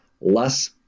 less